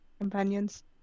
companions